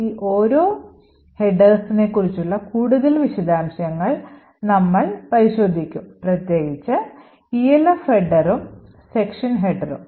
ഈ ഓരോ headersനെ കുറിച്ചുള്ള കൂടുതൽ വിശദാംശങ്ങൾ നമ്മൾ പരിശോധിക്കും പ്രത്യേകിച്ച് ELF hearder വും section hearder വും